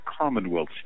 Commonwealth